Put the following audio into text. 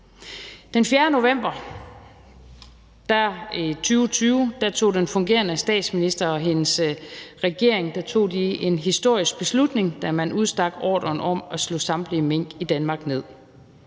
Den 4. november 2020 tog den fungerende statsminister og hendes regering en historisk beslutning, da man udstak ordren om at slå samtlige mink i Danmark ned.